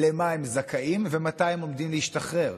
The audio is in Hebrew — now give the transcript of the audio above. למה הם זכאים ומתי הם עומדים להשתחרר.